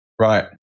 Right